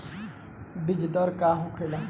बीजदर का होखे?